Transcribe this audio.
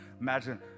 Imagine